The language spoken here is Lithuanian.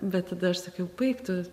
bet tada aš sakiau baik tu